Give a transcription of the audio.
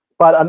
but, and